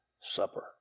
supper